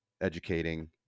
educating